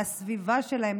לסביבה שלהם,